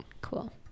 Cool